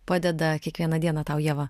padeda kiekvieną dieną tau ieva